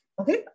okay